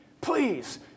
please